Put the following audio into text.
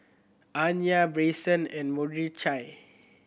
Anya Bryson and Mordechai